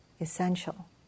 essential